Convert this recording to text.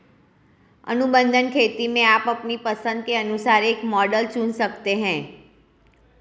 अनुबंध खेती में आप अपनी पसंद के अनुसार एक मॉडल चुन सकते हैं